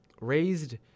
raised